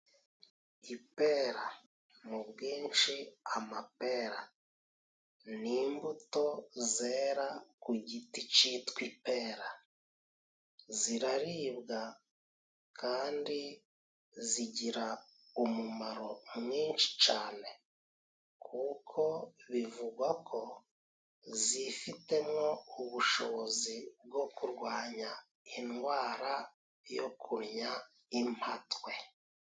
Ipera, mu bwinshi amapera .Ni imbuto zera ku giti cyitwa ipera. Ziraribwa kandi zigira umumaro mwinshi cyane kuko bivugwa ko zifitemo ubushobozi bwo kurwanya indwara yo kunnya impatwe.